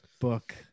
book